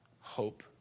hope